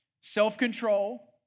self-control